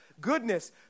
goodness